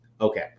Okay